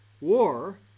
war